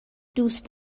دوست